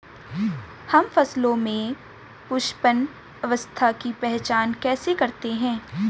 हम फसलों में पुष्पन अवस्था की पहचान कैसे करते हैं?